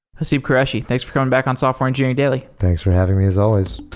haseeb qureshi, thanks for coming back on software engineering daily thanks for having me as always.